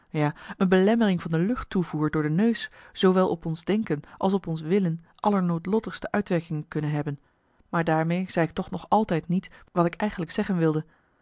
ja een belemmering van de luchttoevoer door de neus zoowel op ons denken als op ons willen allernoodlottigste uitwerkingen kunnen hebben maar daarmee zei ik toch nog altijd niet wat ik eigenlijk zeggen wilde